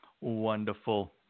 Wonderful